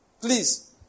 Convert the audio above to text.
Please